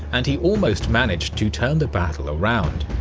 and he almost managed to turn the battle around.